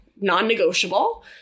non-negotiable